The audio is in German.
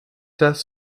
das